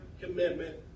commitment